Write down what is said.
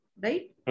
Right